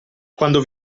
quando